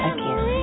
Again